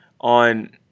on